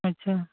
अच्छा